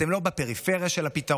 אתם לא בפריפריה של הפתרון,